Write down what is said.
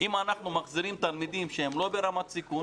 אם אנחנו מחזירים תלמידים שהם לא ברמת סיכון,